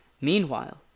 Meanwhile